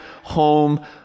home